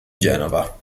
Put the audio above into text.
genova